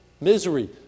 misery